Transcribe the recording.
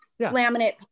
laminate